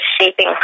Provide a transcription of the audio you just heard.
shaping